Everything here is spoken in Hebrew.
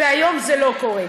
והיום זה לא קורה.